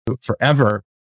forever